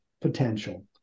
potential